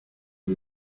who